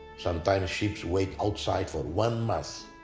sometimes ships wait outside for one month,